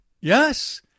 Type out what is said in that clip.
Yes